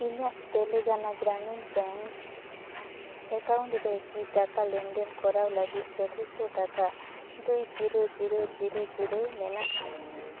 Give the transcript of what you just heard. ᱤᱧᱟᱹᱜ Telangana Gramin bank account ᱨᱮᱠᱤ ᱴᱟᱠᱟ ᱞᱮᱱᱫᱮᱱ ᱠᱚᱨᱟᱣ ᱞᱟᱹᱜᱤᱫ ᱡᱚᱛᱷᱮᱥᱴᱚ ᱴᱟᱠᱟ ᱫᱩᱭ ᱡᱤᱨᱳ ᱡᱤᱨᱳ ᱡᱤᱨᱳ ᱡᱤᱨᱳ ᱢᱮᱱᱟᱜᱼᱟ